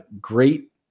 Great